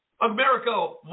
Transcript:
America